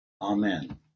Amen